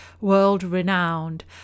world-renowned